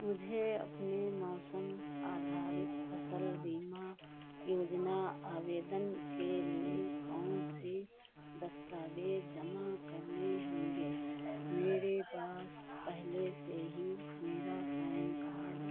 मुझे अपने मौसम आधारित फ़सल बीमा योजना आवेदन के लिए कौन से दस्तावेज़ जमा करने होंगे मेरे पास पहले से ही मेरा PAN card P A N C A R D और उपयोगिता बिल है